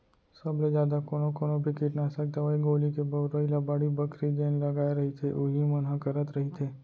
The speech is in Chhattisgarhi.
सब ले जादा कोनो कोनो भी कीटनासक दवई गोली के बउरई ल बाड़ी बखरी जेन लगाय रहिथे उही मन ह करत रहिथे